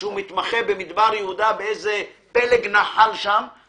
כשהוא מתמחה במדבר יהודה באיזה פלג מים,